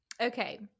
Okay